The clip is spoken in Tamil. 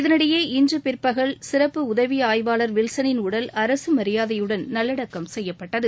இதனிடையே இன்று பிற்பகல் சிறப்பு உதவி ஆய்வாளர் வில்சனின் உடல் அரசு மரியாதையுடன் நல்லடக்கம் செய்யப்பட்டது